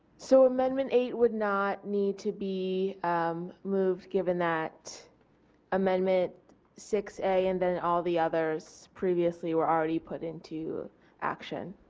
so amendment eight would not need to be um move to given that amendment six a and then all the others previously were already put into action.